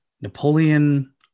Napoleon